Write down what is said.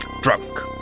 drunk